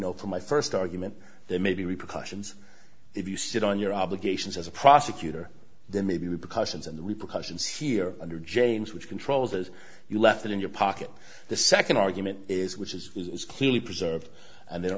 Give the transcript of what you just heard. know from my first argument there may be repercussions if you sit on your obligations as a prosecutor there may be repercussions and repercussions here under james which controls as you left it in your pocket the second argument is which is is clearly preserved and the